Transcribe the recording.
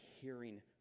hearing